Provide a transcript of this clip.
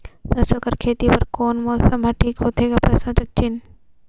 सरसो कर खेती बर कोन मौसम हर ठीक होथे ग?